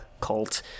cult